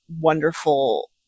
wonderful